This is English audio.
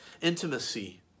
intimacy